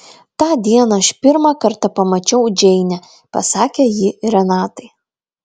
tą dieną aš pirmą kartą pamačiau džeinę pasakė ji renatai